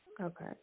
Okay